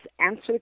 answer